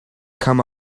come